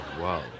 wow